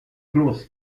klaus